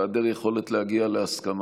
בהיעדר יכולת להגיע להסכמה,